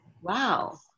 wow